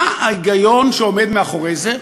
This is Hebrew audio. מה ההיגיון שעומד מאחורי זה,